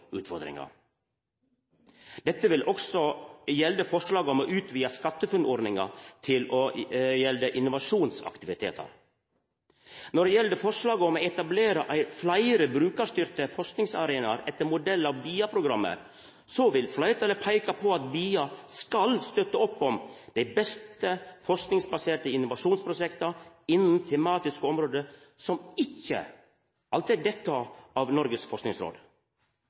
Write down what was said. vil også gjelda forslaget om å utvida SkatteFUNN-ordninga til å gjelda innovasjonsaktivitetar. Når det gjeld forslaget om å etablera fleire brukarstyrte forskingsarenaer etter modell av BIA-programmet, vil fleirtalet peika på at BIA skal støtta opp om dei beste forskingsbaserte innovasjonsprosjekta innan tematiske område som ikkje alt er dekte av Noregs forskingsråd.